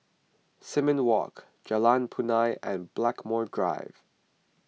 Simon Walk Jalan Punai and Blackmore Drive